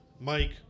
Mike